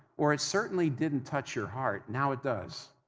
or it certainly didn't touch your heart, now it does.